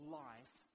life